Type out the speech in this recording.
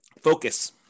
focus